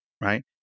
right